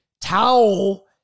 towel